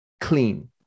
clean